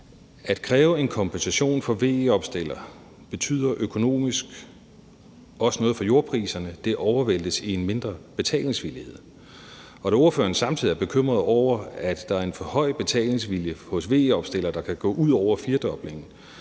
At kræve en kompensation for VE-opstillere betyder økonomisk også noget for jordpriserne. Det overvæltes i en mindre betalingsvillighed. Og da ordføreren samtidig er bekymret over, at der er en forhøjet betalingsvilje hos VE-opstillere, der kan gå ud over firdoblingen,